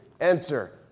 enter